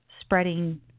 spreading